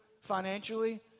financially